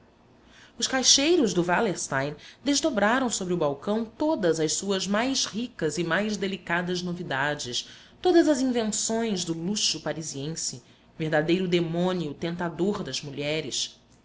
os caixeiros do wallerstein desdobraram sobre o balcão todas as suas mais ricas e mais delicadas novidades todas as invenções do luxo parisiense verdadeiro demônio tentador das mulheres